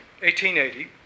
1880